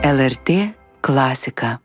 lrt klasika